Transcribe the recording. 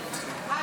את